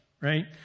Right